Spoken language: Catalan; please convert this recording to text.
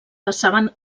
passaven